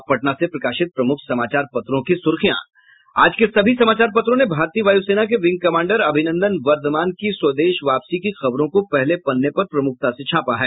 अब पटना से प्रकाशित प्रमुख समाचार पत्रों की सुर्खियां आज के सभी समाचार पत्रों ने भारतीय वायुसेना के विंग कमांडर अभिनंदन वर्धमान की स्वदेश वापसी की खबरों को पहले पन्ने पर प्रमुखता से छापा है